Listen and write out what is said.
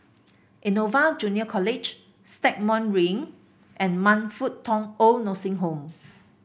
Innova Junior College Stagmont Ring and Man Fut Tong OId Nursing Home